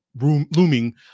looming